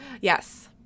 yes